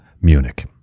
Munich